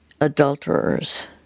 adulterers